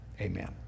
Amen